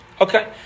Okay